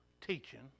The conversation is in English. teaching